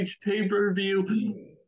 pay-per-view